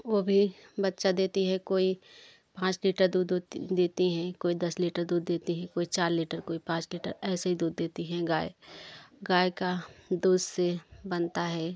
वो भी बच्चा देती है कोई पाँच लीटर दूध देती हैं कोई दस लीटर दूध देती हैं कोई चार लीटर कोई पाँच लीटर ऐसे ही दूध देती हैं गाय गाय का दूध से बनता है